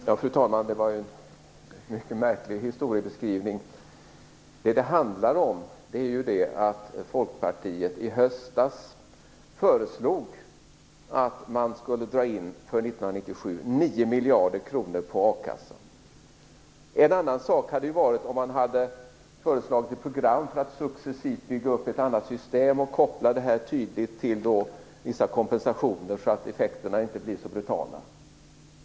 Fru talman! Det var en mycket märklig historieskrivning. Vad det handlar om är att Folkpartiet i höstas föreslog att man för 1997 skulle dra in 9 miljarder kronor på a-kassan. En annan sak hade det varit om man hade föreslagit ett program för att successivt bygga upp ett annat system och koppla det tydligt till vissa kompensationer, så att effekterna inte blir så brutala.